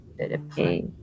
okay